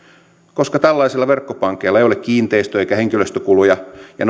koska tällaisilla verkkopankeilla ei ole kiinteistö eikä henkilöstökuluja ja